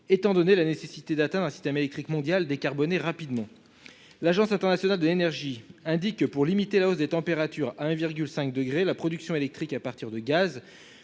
étant donné la nécessité d'atteindre un système électrique mondiale décarboné rapidement. L'Agence internationale de l'énergie indique que pour limiter la hausse des températures à 1,5 degrés la production électrique à partir de gaz